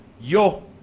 Yo